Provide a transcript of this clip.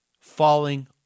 falling